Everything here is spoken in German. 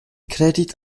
credit